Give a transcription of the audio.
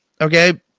Okay